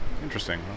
Interesting